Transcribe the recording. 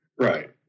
Right